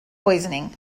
poisoning